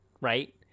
right